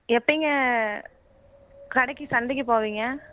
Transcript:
எப்போங்க கடைக்கு சந்தைக்கு போவீங்க